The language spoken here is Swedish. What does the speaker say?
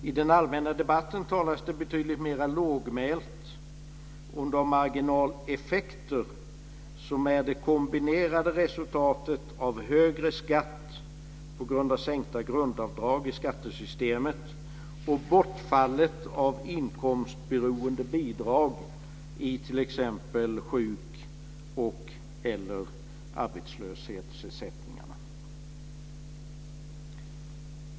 I den allmänna debatten talas det betydligt mera lågmält om de marginaleffekter som är ett resultat av kombinationen högre skatt på grund av sänkta grundavdrag i skattesystemet och bortfallet av inkomstberoende bidrag i t.ex. sjuk och eller arbetslöshetsersättningarna.